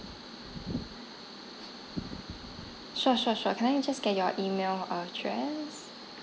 sure sure sure can I just get your email address